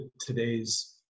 today's